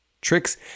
tricks